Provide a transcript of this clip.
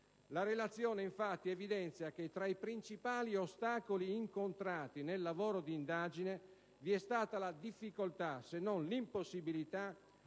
La relazione evidenzia infatti che tra i principali ostacoli incontrati nel lavoro di indagine vi è stata la difficoltà, se non l'impossibilità,